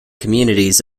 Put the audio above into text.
communities